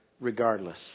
regardless